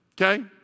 okay